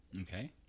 Okay